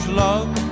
love